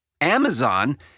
Amazon